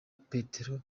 petero